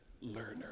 learner